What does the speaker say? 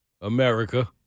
America